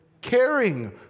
caring